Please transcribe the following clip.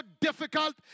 difficult